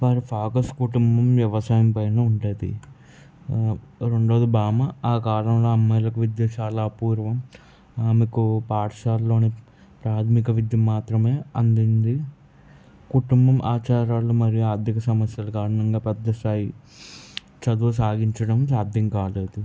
వారు ఫాగస్ కుటుంబం వ్యవసాయం పైన ఉంటది రెండోది బామ్మ ఆ కాలంలో అమ్మాయిలకు విద్య చాలా అపూర్వం అమెక్కువ పాఠశాలల్లోని ప్రాధమిక విద్య మాత్రమే అందింది కుటుంబం ఆచారాలు ఆర్ధిక సమస్యల కారణంగా పెద్దస్థాయి చదువు సాగించడం సాధ్యం కాలేదు